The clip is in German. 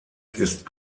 ist